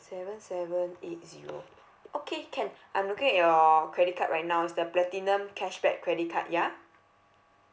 seven seven eight zero okay can I'm looking at your credit card right now is the platinum cashback credit card ya